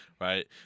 right